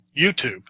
YouTube